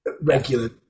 regular